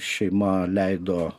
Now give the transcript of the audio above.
šeima leido